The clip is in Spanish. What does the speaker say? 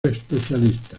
especialistas